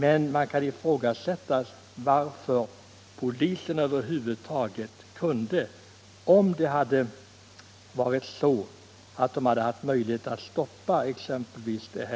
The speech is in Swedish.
Men det kan ifrågasättas varför polisen, om man hade haft möjlighet att stoppa exempelvis den